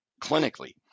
clinically